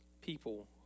People